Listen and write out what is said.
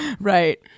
Right